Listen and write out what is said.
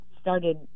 started